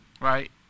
right